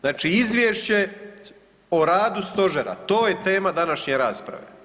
Znači Izvješće o radu Stožera, to je tema današnje rasprave.